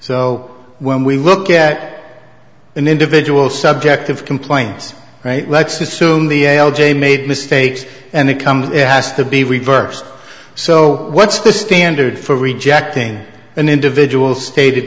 so when we look at an individual subjective complaints right let's assume the l j made mistakes and the company has to be reversed so what's the standard for rejecting an individual stated